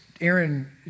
Aaron